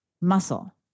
muscle